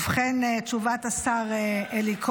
ובכן, תשובת השר אלי כהן: